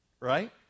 Right